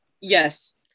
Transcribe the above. Yes